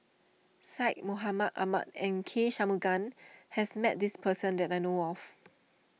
Syed Mohamed Ahmed and K Shanmugam has met this person that I know of